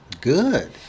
Good